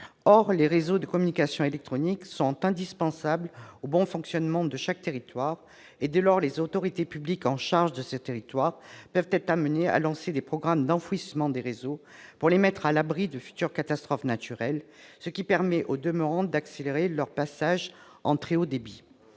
Or les réseaux de communications électroniques sont indispensables au bon fonctionnement de chaque territoire. Dès lors, les autorités publiques responsables de ces territoires peuvent être conduites à lancer des programmes d'enfouissement des réseaux pour les mettre à l'abri de futures catastrophes naturelles, ce qui permet au demeurant d'accélérer leur passage au très haut débit.